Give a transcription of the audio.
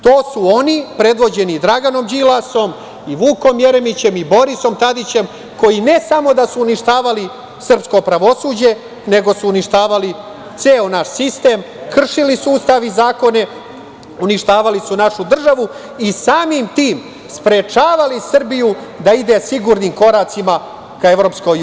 To su oni predvođeni Draganom Đilasom, Vukom Jeremićem i Borisom Tadićem, koji ne samo da su uništavali srpsko pravosuđe, nego su uništavali ceo naš sistem, kršili su Ustav i zakone, uništavali su našu državu i samim tim sprečavali Srbiju da ide sigurnim koracima ka EU.